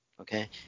Okay